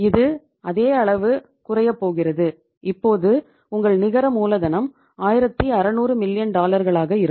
இது அதே அளவு குறையப் போகிறது இப்போது உங்கள் நிகர மூலதனம் 1600 மில்லியன் இருக்கும்